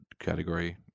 category